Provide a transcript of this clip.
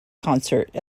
concert